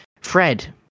Fred